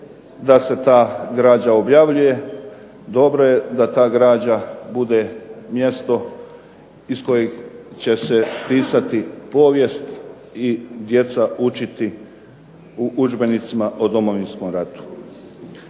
da se ta građa objavljuje, dobro je da ta građa bude mjesto iz kojeg će se pisati povijest i djeca učiti u udžbenicima u Domovinskom ratu.